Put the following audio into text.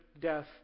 death